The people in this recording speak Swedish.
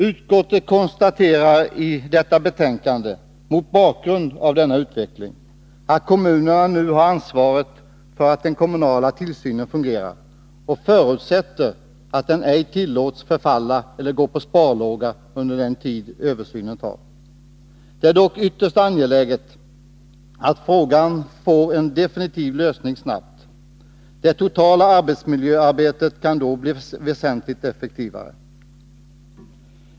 Utskottet konstaterar i detta betänkande, mot bakgrund av denna utveckling, att kommunerna nu har ansvaret för att den kommunala tillsynen fungerar och förutsätter att den ej tillåts förfalla eller gå på sparlåga under den tid översynen tar. Det är dock ytterst angeläget att frågan får en definitiv lösning snabbt. Det totala arbetsmiljöarbetet kan då bli väsentligt effektivare.